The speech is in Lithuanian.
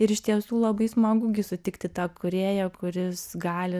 ir iš tiesų labai smagu gi sutikti tą kūrėją kuris gali